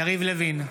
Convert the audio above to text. יריב לוין,